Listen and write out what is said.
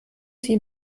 sie